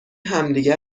همدیگه